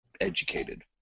educated